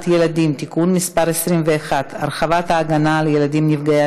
ילדים) (תיקון מס' 21) (הרחבת ההגנה על ילדים נפגעי